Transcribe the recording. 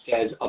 says